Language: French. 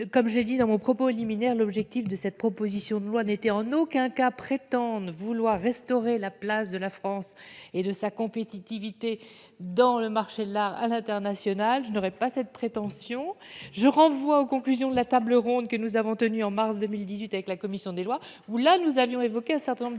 comme j'ai dit dans mon propos liminaire, l'objectif de cette proposition de loi n'était en aucun cas prétendent vouloir restaurer la place de la France et de sa compétitivité dans le marché là à l'international, je n'aurais pas cette prétention, je renvoie aux conclusions de la table ronde que nous avons tenu en mars 2018 avec la commission des Lois où là, nous avions évoqué un certain nombre de propositions